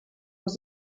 with